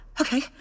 Okay